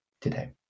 today